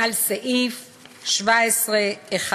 על סעיף 17(ו):